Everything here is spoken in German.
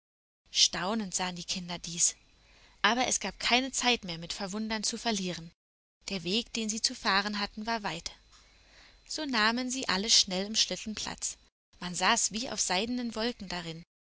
staunend sahen die kinder dies aber es gab keine zeit mehr mit verwundern zu verlieren der weg den sie zu fahren hatten war weit so nahmen sie alle schnell im schlitten platz man saß wie auf seidenen wolken darin